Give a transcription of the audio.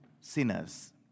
sinners